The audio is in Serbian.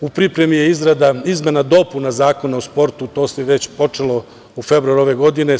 U pripremi je izrada izmene i dopune Zakona o sportu, to je već počelo u februaru ove godine.